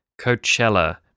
Coachella